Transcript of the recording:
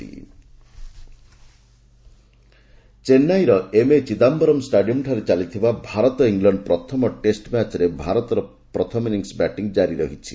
cricket ଚେନ୍ନାଇର M A Chidambaram ଷ୍ଟାଡିୟମ୍ଠାରେ ଚାଲିଥିବା ଭାରତ ଇଂଲଣ୍ଡ ପ୍ରଥମ ଟେଷ୍ଟ ମ୍ୟାଚ୍ରେ ଭାରତର ପ୍ରଥମ ଇନିଂସ ବ୍ୟାଟିଂ ଜାରି ରହିଛି